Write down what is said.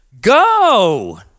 Go